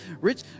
rich